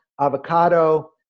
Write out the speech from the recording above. avocado